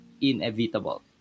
inevitable